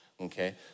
okay